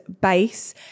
Base